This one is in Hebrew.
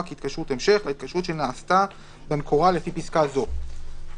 כהתקשרות המשך להתקשרות שנעשתה במקורה לפי פסקה זו,